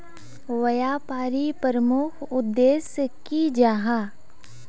व्यापारी प्रमुख उद्देश्य की जाहा?